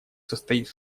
состоит